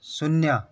शून्य